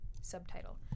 Subtitle